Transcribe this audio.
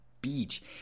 beach